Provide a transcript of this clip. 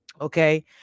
Okay